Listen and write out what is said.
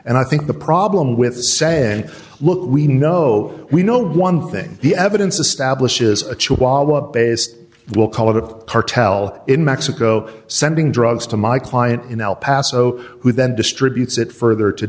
and i think the problem with saying look we know we know one thing the evidence establishes a chihuahua based we'll call it a cartel in mexico sending drugs to my client in el paso who then distributes it further to